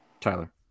Tyler